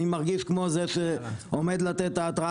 אני מרגיש כמו זה שעומד לתת את ההתראה